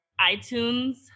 iTunes